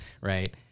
right